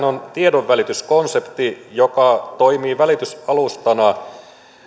on tiedonvälityskonsepti joka toimii välitysalustana